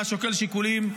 והיה שוקל שיקולים.